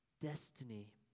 destiny